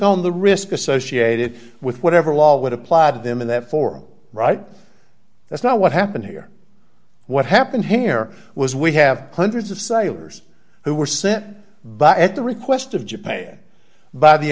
on the risk associated with whatever law would apply to them and therefore right that's not what happened here what happened here was we have hundreds of sailors who were sent but at the request of japan by the